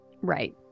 right